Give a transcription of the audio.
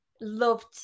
loved